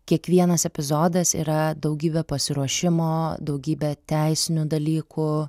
kiekvienas epizodas yra daugybė pasiruošimo daugybė teisinių dalykų